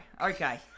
Okay